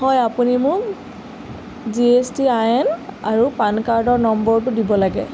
হয় আপুনি মোক G S T I N আৰু পান কাৰ্ডৰ নম্বৰটো দিব লাগে